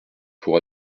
pour